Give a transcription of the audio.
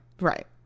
Right